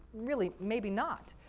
really maybe not,